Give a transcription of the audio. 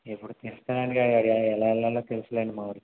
ఇప్పుడు ఎలా వెళ్ళా లో తెలుసులెండి మావాడికి